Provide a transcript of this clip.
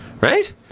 right